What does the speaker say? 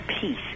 peace